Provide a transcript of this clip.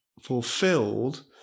fulfilled